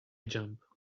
jump